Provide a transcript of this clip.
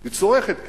היא צורכת כסף,